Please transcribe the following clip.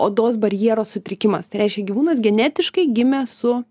odos barjero sutrikimas tai reiškia gyvūnas genetiškai gimė su